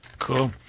Cool